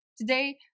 Today